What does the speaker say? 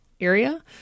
area